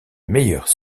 meilleurs